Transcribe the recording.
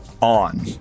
on